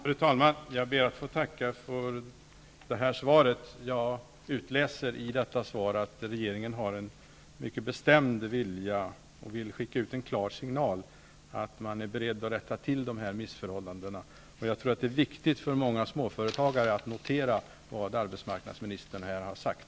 Fru talman! Jag ber att få tacka för detta svar. Jag utläser av vad statsrådet sade att regeringen har en mycket bestämd vilja och önskar skicka ut en klar signal om att man är beredd att rätta till dessa missförhållanden. Jag tror att det är viktigt för många småföretagare att notera vad arbetsmarknadsministern här har sagt.